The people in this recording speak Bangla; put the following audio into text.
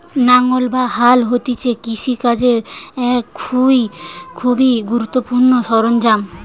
লাঙ্গল বা হাল হতিছে কৃষি কাজের এক খুবই গুরুত্বপূর্ণ সরঞ্জাম